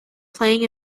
playing